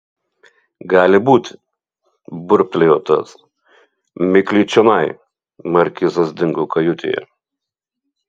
gali būti burbtelėjo tas mikliai čionai markizas dingo kajutėje